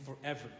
forever